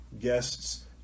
guests